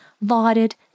lauded